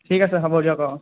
ঠিক আছে হ'ব দিয়ক অঁ